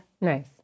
nice